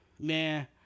Man